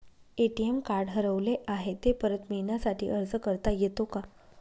ATM card हरवले आहे, ते परत मिळण्यासाठी अर्ज करता येतो का?